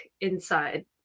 inside